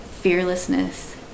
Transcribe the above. fearlessness